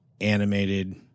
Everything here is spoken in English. animated